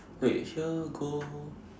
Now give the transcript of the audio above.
wait here go